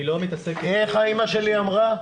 כמו שאמא שלי אמרה,